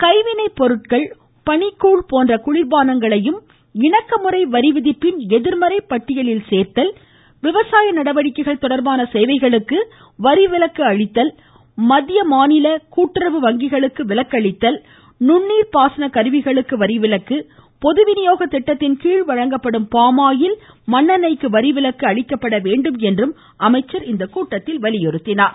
கைவினைப் பொருட்கள் பனிக்கூழ் போன்ற குளிர்பானங்களையும் இணக்கமுறை வரிவிதிப்பின் எதிர்மறை பட்டியலில் சேர்த்தல் விவசாய நடவடிக்கைகள் தொடர்பான சேவைகளுக்கு வரிவிலக்கு அளித்தல் மாநில மத்திய கூட்டுறவு வங்கிகளுக்க விலக்கு அளித்தல் நுண்ணீர் பாசன கருவிகளுக்கு வரிவிலக்கு பொது விநியோக திட்டத்தின்கீழ் வழங்கப்படும் பாமாயில் மண்ணெண்ணெய்க்கு வரிவிலக்கு அளிக்கப்படவேண்டும் என்றும் அமைச்சர் இக்கூட்டத்தில் வலியுறுத்தினார்